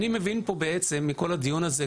אני מבין פה בעצם מכל הדיון הזה,